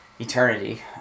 eternity